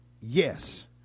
Yes